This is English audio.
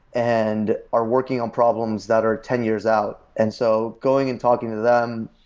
and are working on problems that are ten years out. and so going and talking to them,